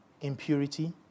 impurity